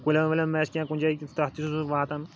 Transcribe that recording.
کُلٮ۪ن وُلٮ۪ن مےٚ آسہِ کیٚنٛہہ کُنہِ جایہِ تَتھ تہِ چھُس بہٕ واتان